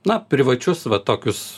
na privačius va tokius